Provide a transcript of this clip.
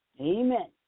Amen